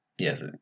Yes